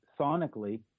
sonically